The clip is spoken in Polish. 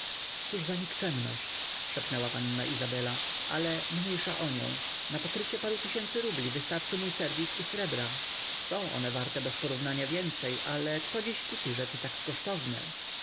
cóż za nikczemność szepnęła panna izabela ale mniejsza o nią na pokrycie paru tysięcy rubli wystarczy mój serwis i srebra są one warte bez porównania więcej ale kto dziś kupi rzeczy tak kosztowne